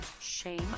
shame